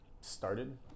started